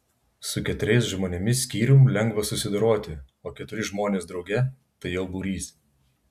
su keturiais žmonėmis skyrium lengva susidoroti o keturi žmonės drauge tai jau būrys